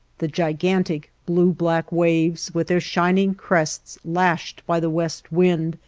the gigantic, blue-black waves, with their shining crests lashed by the west wind,